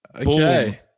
Okay